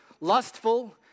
lustful